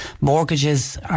mortgages